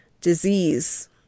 disease